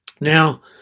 Now